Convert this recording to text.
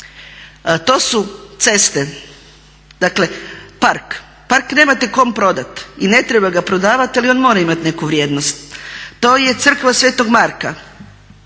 To su ceste, dakle park, park nemate kom prodat i ne treba ga prodavat ali on mora imat neku vrijednost. To je crkva sv. Marka,